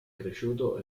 cresciuto